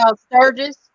Sturgis